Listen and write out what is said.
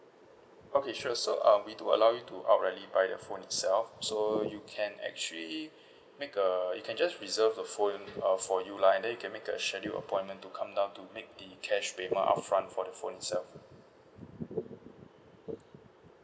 okay sure so um we do allow you to outrightly buy the phone itself so you can actually make uh you can just reserve a phone uh for you lah and then you can make a scheduled appointment to come down to make the cash payment upfront for phone itself